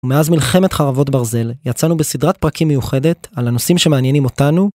מאז מלחמת חרבות ברזל, יצאנו בסדרת פרקים מיוחדת על הנושאים שמעניינים אותנו.